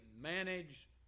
manage